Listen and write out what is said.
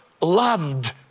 loved